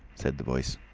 said the voice.